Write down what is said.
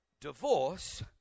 Divorce